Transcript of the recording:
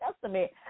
Testament